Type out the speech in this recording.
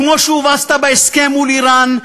כמו שהובסת בהסכם מול איראן,